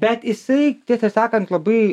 bet jisai tiesą sakant labai